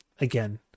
again